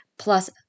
plus